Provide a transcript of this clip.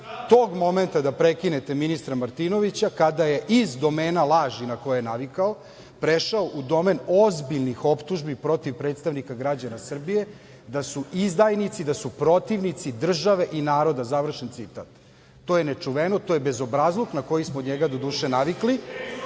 tog momenta da prekinete ministra Martinovića, kada je iz domena laži, na koje je navikao, prešao u domen ozbiljnih optužbi protiv predstavnika građana Srbije da su izdajnici, da su protivnici države i naroda, završen citat. To je nečuveno. To je bezobrazluk na koji smo od njega, doduše, navikli,